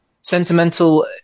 sentimental